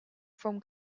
from